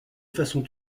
façon